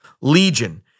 Legion